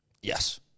Yes